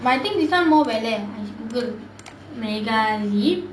but I think this one more விலை:vilai good mega yip